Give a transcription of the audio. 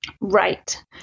Right